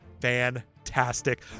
Fantastic